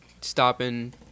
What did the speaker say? stopping